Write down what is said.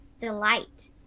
delight